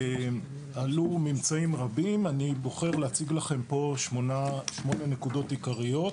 עלו ממצאים רבים ואני בוחר להציג לכם פה 8 נקודות עיקריות